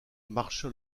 marcha